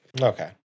Okay